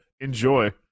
Enjoy